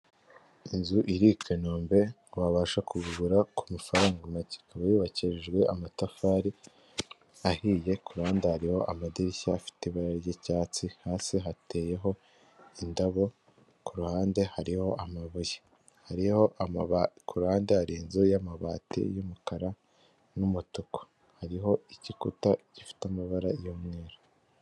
Inzu iri I Kanombe wabasha kugura ku mafaranga make. Ikaba yubakijwe amatafari ahiye, ku ruhande hariho amadirishya afite ibara ry'icyatsi, hasi hateyeho indabo, ku ruhande hariho amabuye. Ku ruhande hari inzu y'amabati y'umukara n'umutuku, hariho igikuta gifite amabara y'umweru.